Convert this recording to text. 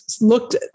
looked